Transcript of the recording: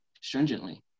stringently